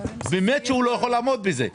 באמת שהוא לא יכול לעמוד בזה.